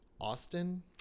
Austin